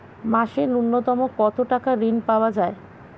মাসে নূন্যতম কত টাকা ঋণ পাওয়া য়ায়?